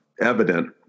evident